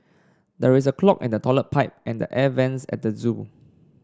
there is a clog in the toilet pipe and the air vents at the zoo